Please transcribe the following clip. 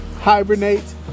Hibernate